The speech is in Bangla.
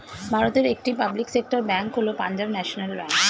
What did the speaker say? ভারতের একটি পাবলিক সেক্টর ব্যাঙ্ক হল পাঞ্জাব ন্যাশনাল ব্যাঙ্ক